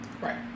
Right